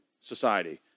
society